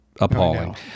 appalling